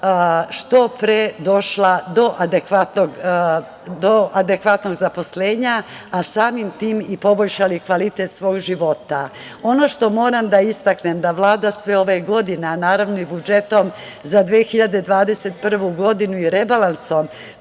što pre došla do adekvatnog zaposlenja, a samim tim i poboljšali kvalitet svog života. Ono što moram da istaknem da Vlada sve ove godine, a naravno i budžetom za 2021. godinu i rebalansom